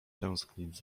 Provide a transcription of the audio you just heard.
tęsknić